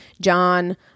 John